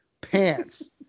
pants